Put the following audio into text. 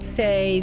say